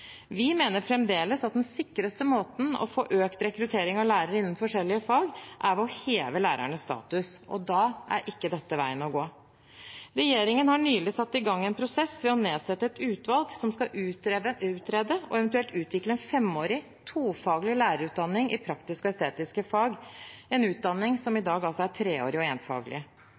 Vi mener fremdeles at den sikreste måten å få økt rekruttering av lærere innen forskjellige fag på, er å heve lærernes status, og da er ikke dette veien å gå. Regjeringen har nylig satt i gang en prosess ved å nedsette et utvalg som skal utrede og eventuelt utvikle en femårig tofaglig lærerutdanning i praktiske og estetiske fag – en utdanning som i dag altså er treårig og